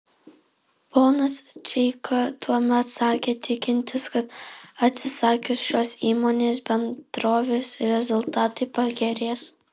ponas čeika tuomet sakė tikintis kad atsisakius šios įmonės bendrovės rezultatai pagerės